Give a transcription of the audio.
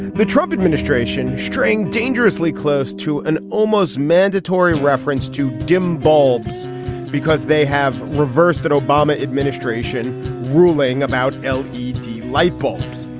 the trump administration straying dangerously close to an almost mandatory reference to dim bulbs because they have reversed an obama administration ruling about lcd light bulbs.